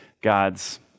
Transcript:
God's